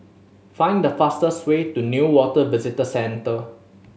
find the fastest way to Newater Visitor Centre